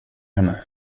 henne